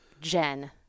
Jen